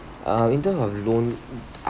uh in terms of loan